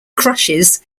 crushes